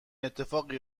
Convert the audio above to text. اتفاقی